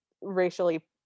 racially